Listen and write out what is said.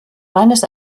meines